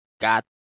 got